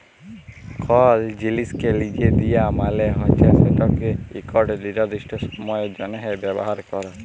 call জিলিসকে লিজে দিয়া মালে হছে সেটকে ইকট লিরদিস্ট সময়ের জ্যনহে ব্যাভার ক্যরা